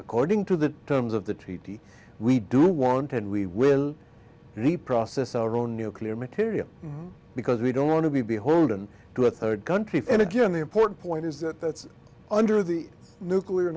according to the terms of the treaty we do want and we will reprocess our own nuclear material because we don't want to be beholden to a third country for and again the important point is that under the nuclear